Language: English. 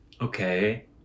okay